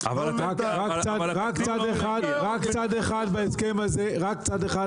אבל --- רק צד אחד בהסכם הזה ממומש,